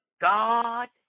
God